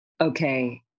Okay